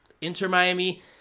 Inter-Miami